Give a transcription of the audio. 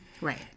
Right